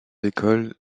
écoles